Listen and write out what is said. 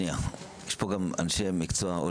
יש פה גם אנשי מקצוע,